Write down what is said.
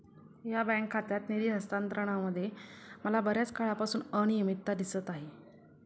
या बँक खात्यात निधी हस्तांतरणामध्ये मला बर्याच काळापासून अनियमितता दिसत आहे